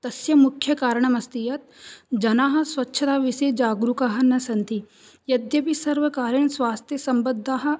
तस्य मुख्यकारणमस्ति यत् जनाः स्वच्छताविषये जागरूकाः न सन्ति यद्यपि सर्वकारेण स्वास्थ्यसम्बद्धाः